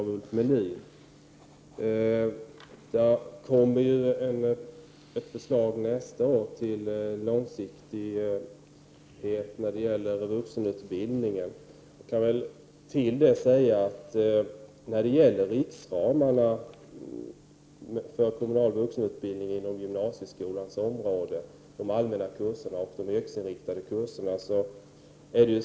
Nästa år kommer ett förslag om långsiktighet i vuxenutbildningen, och jag kan till det säga att det är regeringen som fastställer riksramarna för kommunal vuxenutbildning inom gymnasieskolans område, för de allmänna och de yrkesinriktade kurserna.